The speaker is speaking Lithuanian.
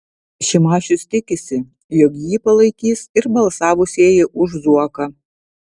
šimašius tikisi jog jį palaikys ir balsavusieji už zuoką